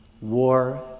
War